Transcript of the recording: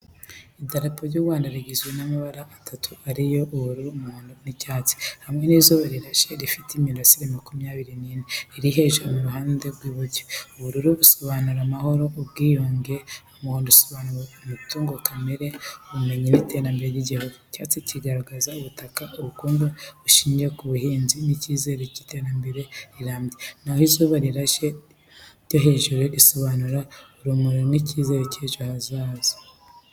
Idarapo ry’u Rwanda rigizwe n’amabara atatu ariyo ubururu, umuhondo n’icyatsi, hamwe n’izuba rirashe rifite imirasire makumyabiri nine riri hejuru mu ruhande rw’iburyo. Ubururu busobanura amahoro n’ubwiyunge, umuhondo usobanura umutungo kamere, ubumenyi n’iterambere ry’igihugu, icyatsi kigaragaza ubutaka, ubukungu bushingiye ku buhinzi n’icyizere cy’iterambere rirambye, na ho izuba rirashe ryo hejuru risobanura urumuri n’icyizere cy’ejo hazaza.